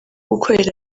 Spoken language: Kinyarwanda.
gukorera